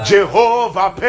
Jehovah